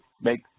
make